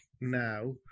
now